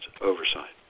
oversight